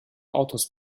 autos